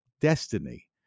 destiny